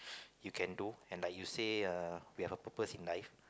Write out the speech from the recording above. you can do and like you say err we have a purpose in life